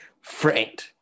friend